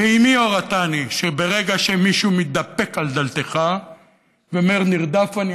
ואימי הורתני שברגע שמישהו מתדפק על דלתך ואומר: נרדף אני,